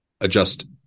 adjust